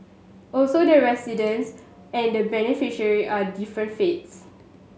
also the residents and beneficiary are different faiths